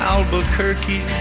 Albuquerque